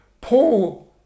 Paul